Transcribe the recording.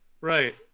right